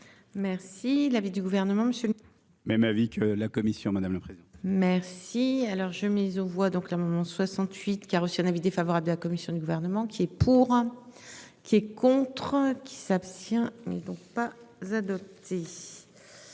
Merci l'avis du gouvernement, monsieur. Même avis que la commission, madame le président. Merci alors je mise aux voix donc la maman 68 qui a reçu un avis défavorable de la commission du gouvernement qui est. Pour. Qui est contre. Qui s'abstient donc pas adopté.